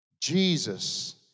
Jesus